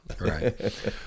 Right